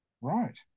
Right